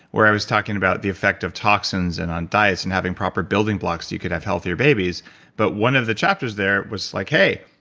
where i was talking about the effect of toxins, and on diets, and having proper building blocks, so you could have healthier babies but one of the chapters there was like, hey,